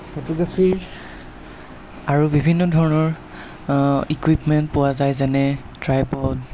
ফটোগ্ৰাফীৰ আৰু বিভিন্ন ধৰণৰ ইকুইপমেণ্ট পোৱা যায় যেনে ট্ৰাইপড